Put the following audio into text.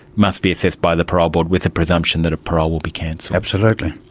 must be assessed by the parole board with a presumption that parole will be cancelled. absolutely.